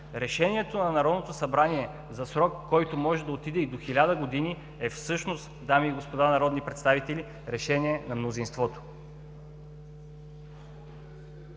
Решението на Народното събрание за срок, който може да отиде и до хиляда години, е всъщност, дами и господа народни представители, решение на мнозинството.